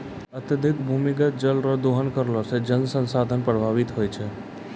अत्यधिक भूमिगत जल रो दोहन करला से जल संसाधन प्रभावित होय छै